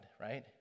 right